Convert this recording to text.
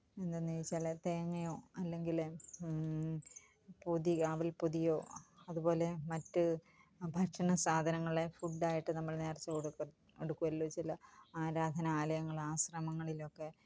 എന്ന് നെയ് ചില തേങ്ങയോ അല്ലെങ്കില് പൊതി അവല്പ്പൊതിയോ അതുപോലെ മറ്റു ഭക്ഷണ സാധനങ്ങളെ ഫുഡ്ഡായിട്ട് നമ്മള് നേര്ച്ച കൊടുക്കും കൊടുക്കുമല്ലോ ചില ആരാധനാ ആലയങ്ങള് ആശ്രമങ്ങളിലൊക്കെ